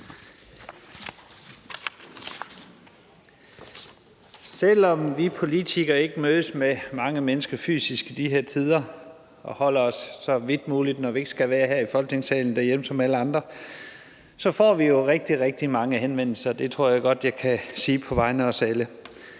Selv om vi politikere ikke mødes med mange mennesker fysisk i de her tider og, når vi ikke skal være her i Folketingssalen, så vidt muligt holder os derhjemme som alle andre, så får vi jo rigtig, rigtig mange henvendelser – det tror jeg godt jeg kan sige på vegne af os alle.